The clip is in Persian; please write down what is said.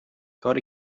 کاری